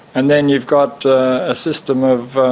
and then you've got a system of